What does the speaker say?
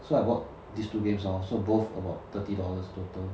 so I bought these two games lor so both about thirty dollars total